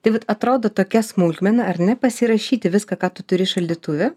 tai vat atrodo tokia smulkmena ar ne pasirašyti viską ką tu turi šaldytuve